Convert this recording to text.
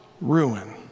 ruin